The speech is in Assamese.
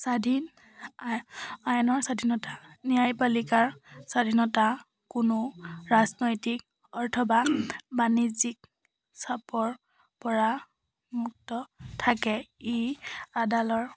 স্বাধীন আই আইনৰ স্বাধীনতা ন্যায়পালিকাৰ স্বাধীনতা কোনো ৰাজনৈতিক অথবা বাণিজ্যিক চাপৰ পৰা মুক্ত থাকে ই আদালতৰ